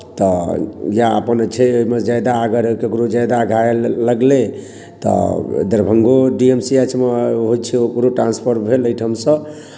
तऽ या अपन छै एहिमे ज्यादा अगर ककरो ज्यादा घायल लगलै तऽ दरभंगो डी एम सी एच मे होइत छै ओकरो ट्रांसफर भेल एहिठामसँ